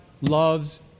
loves